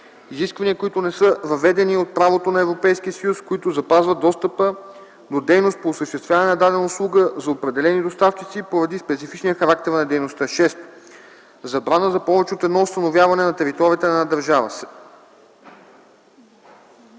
изисквания, които не са въведени от правото на Европейския съюз, които запазват достъпа до дейност по осъществяване на дадена услуга за определени доставчици поради специфичния характер на дейността; 6. забрана за повече от едно установяване на територията на една държава;